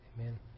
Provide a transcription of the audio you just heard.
Amen